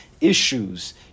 issues